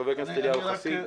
חבר הכנסת אליהו חסיד.